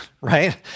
Right